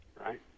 right